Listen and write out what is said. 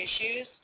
issues